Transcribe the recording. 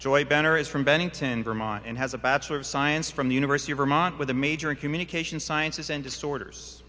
is from bennington vermont and has a bachelor of science from the university of vermont with a major in communication sciences and disorders